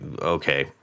okay